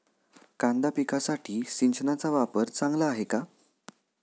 कांदा पिकासाठी सिंचनाचा वापर चांगला आहे का?